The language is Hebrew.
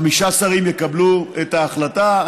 חמישה שרים יקבלו את ההחלטה.